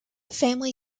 family